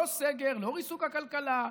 לא סגר, לא ריסוק הכלכלה,